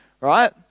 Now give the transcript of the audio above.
right